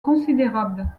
considérable